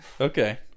Okay